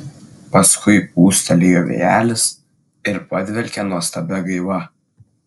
paskui pūstelėjo vėjelis ir padvelkė nuostabia gaiva